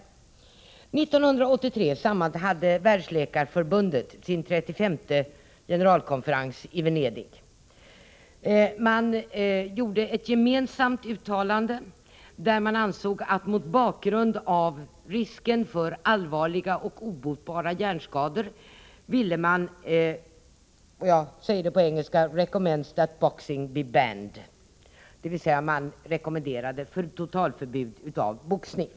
1983 hade Världsläkareförbundet sin 35:e generalkonferens i Venedig. Deltagarna gjorde ett gemensamt uttalande, där de sade att mot bakgrund av risken för allvarliga och obotbara hjärnskador ville man — och jag säger det på engelska —- recommend that boxingis to be banned, dvs. man rekommenderade totalförbud mot boxning.